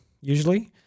usually